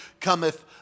cometh